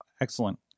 Excellent